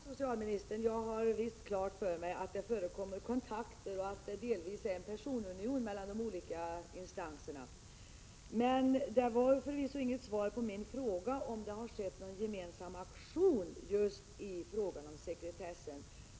Herr talman! Jo, socialministern, jag har visst klart för mig att det förekommer kontakter och att det delvis är fråga om en personunion mellan de olika instanserna. Men det var förvisso inget svar på min fråga om det har gjorts någon gemensam aktion just i fråga om sekretessen.